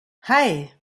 hei